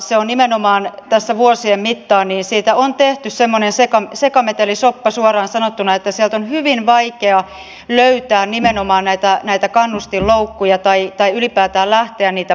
siitä on vuosien mittaan tehty suoraan sanottuna semmoinen sekametelisoppa että sieltä on hyvin vaikea löytää nimenomaan näitä kannustinloukkuja tai ylipäätään lähteä niitä purkamaan